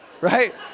right